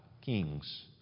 kings